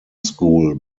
school